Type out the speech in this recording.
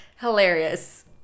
Hilarious